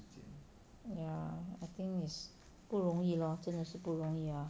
ya I think is 不容易 lor 真的是不容易啊